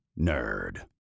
nerd